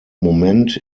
moment